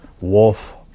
Wolf